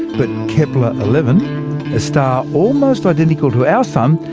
but kepler eleven, a star almost identical to our sun,